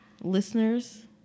listeners